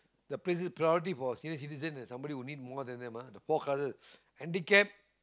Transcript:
the places of priority for senior citizen and somebody who needs more than them ah the four colours handicapped